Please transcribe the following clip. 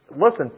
listen